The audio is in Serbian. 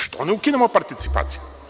Što ne ukinemo participaciju?